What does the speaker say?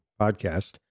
podcast